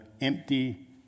empty